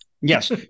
Yes